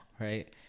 Right